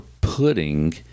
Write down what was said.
putting